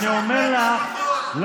מה זאת אומרת, אתם עבריינים.